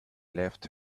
left